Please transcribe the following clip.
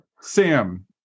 Sam